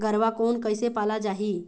गरवा कोन कइसे पाला जाही?